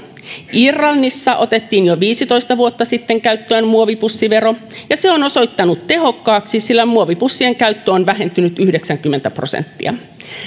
irlannissa otettiin jo viisitoista vuotta sitten käyttöön muovipussivero ja se on osoittautunut tehokkaaksi sillä muovipussien käyttö on vähentynyt yhdeksänkymmentä prosenttia